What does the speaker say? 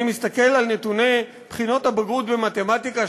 אני מסתכל על נתוני בחינות הבגרות במתמטיקה,